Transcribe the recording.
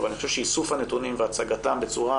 אבל אני חושב שאיסוף הנתונים והצגתם בצורה